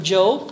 Job